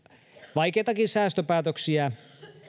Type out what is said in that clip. vaikeitakin säästöpäätöksiä